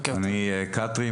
שמי כתרי,